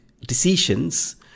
decisions